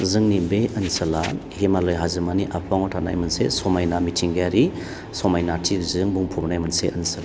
जोंनि बे ओनसोला हिमालाय हाजोमानि आफाङाव थानाय मोनसे समायना मिथिंगायारि समायना थिरजों बुंफबनाय मोनसे ओनसोल